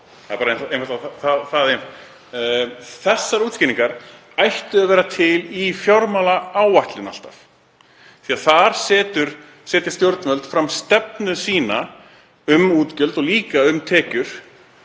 Slíkar útskýringar ættu alltaf að vera til í fjármálaáætlun því að þar setja stjórnvöld fram stefnu sína um útgjöld og líka um tekjur.